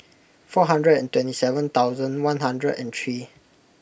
four hundred and twenty seven thousand one hundred and three